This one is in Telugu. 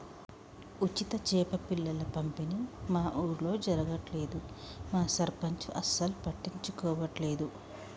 ఉచిత చేప పిల్లల పంపిణీ మా ఊర్లో జరగట్లేదు మా సర్పంచ్ అసలు పట్టించుకోవట్లేదు